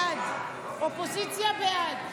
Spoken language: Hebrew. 42 בעד, 61 נגד, תשעה נוכחים.